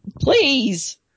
Please